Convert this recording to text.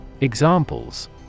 Examples